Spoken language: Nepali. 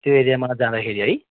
त्यो एरियामा जाँदाखेरि है